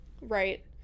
Right